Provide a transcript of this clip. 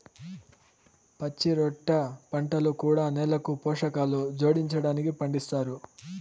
పచ్చిరొట్ట పంటలు కూడా నేలకు పోషకాలు జోడించడానికి పండిస్తారు